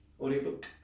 Audiobook